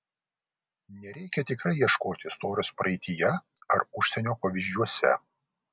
nereikia tikrai ieškoti istorijos praeityje ar užsienio pavyzdžiuose